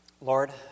Lord